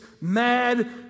mad